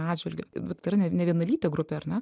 atžvilgiu bet tai yra ne nevienalytė grupė ar ne